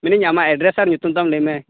ᱢᱮᱱᱫᱟᱹᱧ ᱟᱢᱟᱜ ᱮᱰᱽᱰᱨᱮᱥ ᱟᱨ ᱧᱩᱛᱩᱢ ᱛᱟᱢ ᱞᱟᱹᱭᱢᱮ